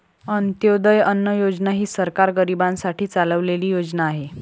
अंत्योदय अन्न योजना ही सरकार गरीबांसाठी चालवलेली योजना आहे